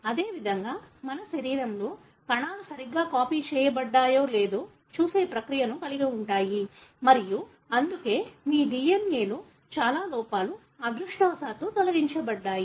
అదేవిధంగా మన శరీరంలో కణాలు సరిగ్గా కాపీ చేయబడ్డాయో లేదో చూసే ప్రక్రియను కలిగి ఉంటాయి మరియు అందుకే మీ DNA లో చాలా లోపాలు అదృష్టవశాత్తూ తొలగించబడ్డాయి